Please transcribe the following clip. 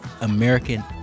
American